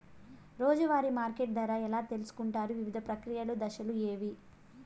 రోజూ వారి మార్కెట్ ధర ఎలా తెలుసుకొంటారు వివిధ ప్రక్రియలు దశలు ఏవి?